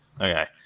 Okay